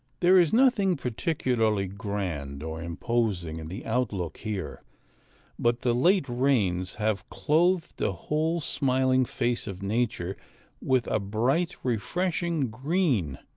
there is nothing particularly grand or imposing in the outlook here but the late rains have clothed the whole smiling face of nature with a bright, refreshing green,